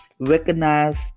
Recognize